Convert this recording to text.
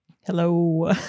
Hello